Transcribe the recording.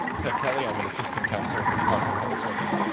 ted kelly, i'm an assistant counsel at the department of public service.